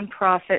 nonprofit